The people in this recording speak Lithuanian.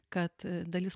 kad dalis